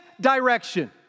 direction